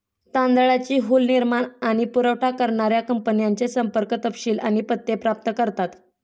तांदळाची हुल निर्माण आणि पुरावठा करणाऱ्या कंपन्यांचे संपर्क तपशील आणि पत्ते प्राप्त करतात